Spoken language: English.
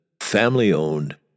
family-owned